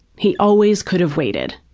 he always could have waited.